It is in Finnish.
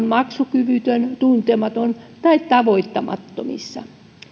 maksukyvytön tuntematon tai tavoittamattomissa pääsääntönä